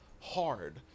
hard